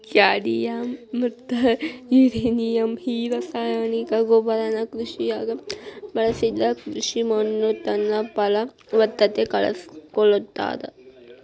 cadmium ಮತ್ತ uranium ಈ ರಾಸಾಯನಿಕ ಗೊಬ್ಬರನ ಕೃಷಿಯಾಗ ಬಳಸಿದ್ರ ಕೃಷಿ ಮಣ್ಣುತನ್ನಪಲವತ್ತತೆ ಕಳಕೊಳ್ತಾದ